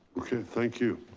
okay, thank you.